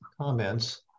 comments